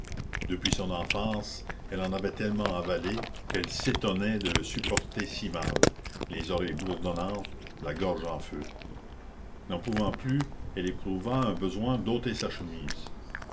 depuis son enfance elle en avait tellement avalé qu'elle s'étonnait de le supporter si mal les oreilles bourdonnantes la gorge en feu n'en pouvant plus elle éprouva un besoin d'ôter sa chemise